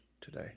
today